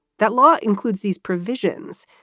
that law includes these provisions,